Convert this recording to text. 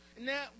Now